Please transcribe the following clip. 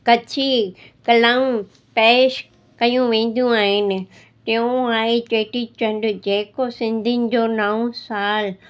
कच्छी कलाऊं पेश कयूं वेंदियूं आहिनि टियों आहे चेटीचंड जे को सिंधियुनि जो नऊं साल